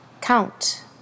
count